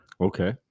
Okay